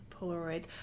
Polaroids